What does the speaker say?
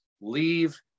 leave